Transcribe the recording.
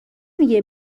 میگه